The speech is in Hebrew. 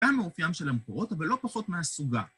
‫גם מאופיים של המקורות, ‫אבל לא פחות מהסוגה.